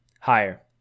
Higher